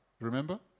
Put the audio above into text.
Remember